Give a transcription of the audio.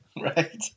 Right